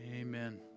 Amen